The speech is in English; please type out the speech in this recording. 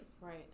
Right